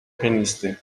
pianisty